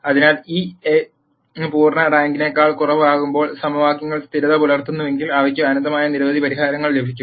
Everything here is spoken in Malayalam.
അതിനാൽ ഈ എ പൂർണ്ണ റാങ്കിനേക്കാൾ കുറവാകുമ്പോൾ സമവാക്യങ്ങൾ സ്ഥിരത പുലർത്തുന്നുവെങ്കിൽ അവയ്ക്ക് അനന്തമായ നിരവധി പരിഹാരങ്ങൾ ലഭിക്കും